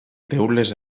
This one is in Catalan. teules